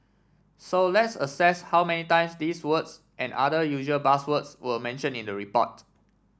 so let's assess how many times these words and other usual buzzwords were mention in the report